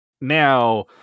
Now